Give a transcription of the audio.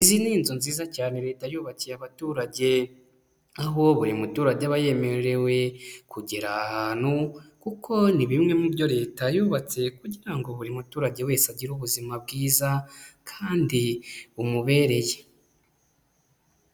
Izi ni inzu nziza cyane reta yubakiye abaturage, aho buri muturage aba yemerewe kugera ahantu kuko ni bimwe mu byo reta yubatse kugira ngo buri muturage wese agire ubuzima bwiza kandi bumubereye.